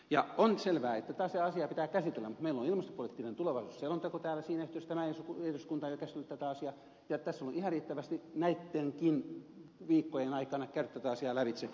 ja on selvää että täällä se asia pitää käsitellä mutta meillä oli ilmastopoliittinen tulevaisuusselonteko täällä ja siinä yhteydessä tämä eduskunta on jo käsitellyt tätä asiaa ja tässä on ollut ihan riittävästi näittenkin viikkojen aikana aikaa käydä tätä asiaa lävitse että eduskunta on voinut riittävästi paneutua tähän asiaan